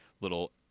little